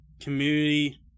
community